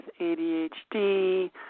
ADHD